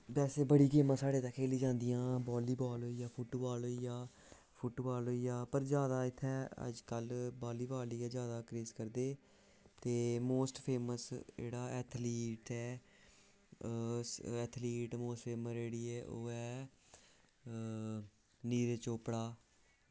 बैसे बड़ी गेमां साढ़े खेली जंदियां बाली बॉल होई गेआ बॉली बॉल होई गेआ फुट बॉल होई गेआ पर जादा इत्थें अज्जकल बाली बॉल गै जादा क्रेज़ करदे ते मोस्ट फेमस जेह्ड़ा एथलीट ऐ एथलीट मोस्ट फेमस जेह्ड़ी ऐ ओह् ऐ नीरज चोपड़ा